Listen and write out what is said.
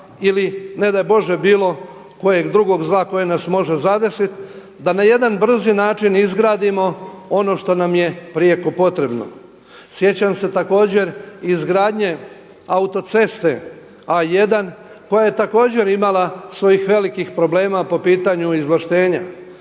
ili ne daj Bože bilo kojeg drugog zla koje nas može zadesit, da na jedan brzi način izgradimo ono što nam je prijeko potrebno. Sjećam se također izgradnje autoceste A1 koja je također imala svojih velikih problema po pitanju izvlaštenja,